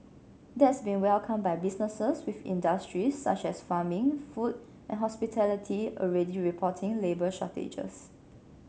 that's been welcomed by businesses with industries such as farming food and hospitality already reporting labour shortages